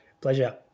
Pleasure